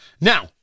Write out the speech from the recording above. Now